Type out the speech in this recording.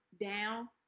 down